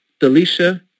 Delisha